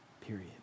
Period